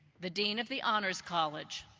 the dean of the honors college,